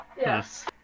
Yes